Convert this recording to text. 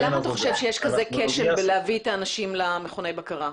אנחנו --- למה אתה חושב שיש כזה כשל בהבאת אנשים למכוני בקרה?